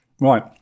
Right